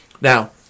Now